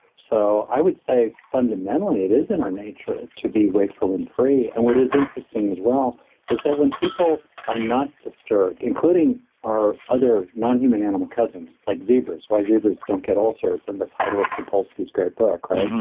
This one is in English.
so i would say fundamentally it is in our nature to be wakeful and free. and what is interesting as well is that when people are not disturbed, including our other non-human animal cousins like zebras, why zebras don't get ulcers and the title of sapolsky's great book, right?